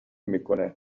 میکنه